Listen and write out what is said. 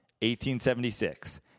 1876